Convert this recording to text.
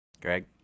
greg